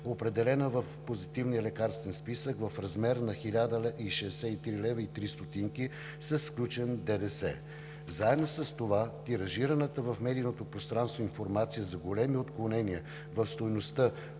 определена в Позитивния лекарствен списък в размер на 1063,03 лв. с включен ДДС. Заедно с това, тиражираната в медийното пространство информация за големи отклонения в стойността,